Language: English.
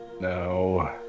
No